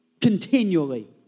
Continually